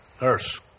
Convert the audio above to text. nurse